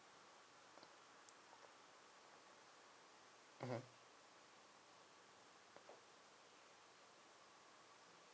mmhmm